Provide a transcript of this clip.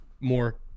more